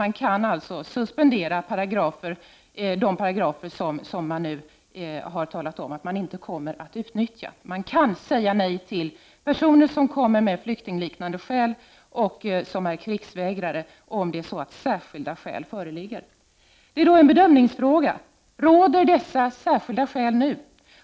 Man kan alltså suspendera de paragrafer som man nu har talat om att man inte kommer att utnyttja. Man kan säga nej till personer som kommer med flyktingliknande skäl och som är krigsvägrare, om särskilda skäl föreligger. Det är då en bedömningsfråga: Råder dessa särskilda skäl nu?